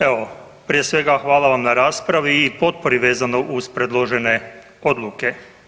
Evo prije svega hvala vam na raspravi i potpori vezano uz predložene odluke.